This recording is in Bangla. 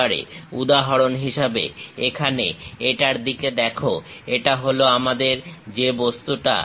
উদাহরণ হিসাবে এখানে এটার দিকে দেখো এটা হলো আমাদের যে বস্তুটা আছে